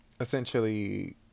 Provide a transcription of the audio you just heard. essentially